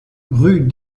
rue